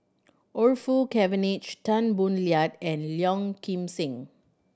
Orfeur Cavenagh Tan Boo Liat and Kim Seng